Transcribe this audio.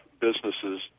businesses